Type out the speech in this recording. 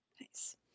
Nice